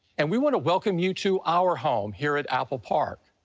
and we want to welcome you to our home here at apple park.